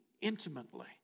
intimately